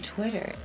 Twitter